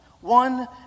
one